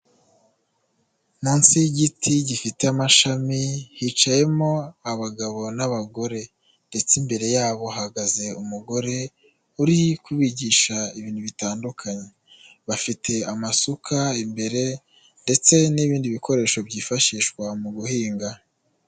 Munsi y'igiti gifite amashami, hicayemo abagabo n'abagore ndetse imbere yabo hahagaze umugore, uri kubigisha ibintu bitandukanye, bafite amasuka imbere ndetse n'ibindi bikoresho byifashishwa mu guhinga.